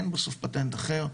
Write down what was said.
אין בסוף פטנט אחר,